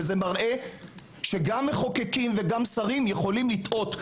שמראה שגם מחוקקים וגם שרים יכולים לטעות.